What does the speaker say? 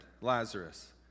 Lazarus